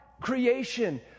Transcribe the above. creation